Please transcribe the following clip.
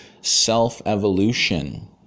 self-evolution